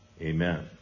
Amen